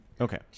Okay